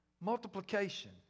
Multiplication